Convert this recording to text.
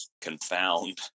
confound